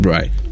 Right